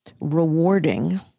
rewarding